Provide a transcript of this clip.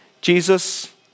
Jesus